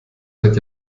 seit